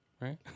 right